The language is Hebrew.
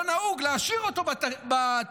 לא נהוג להשאיר אותו בתפקיד.